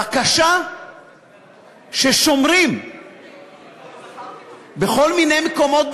בקשה ששומרים בכניסה בכל מיני מקומות,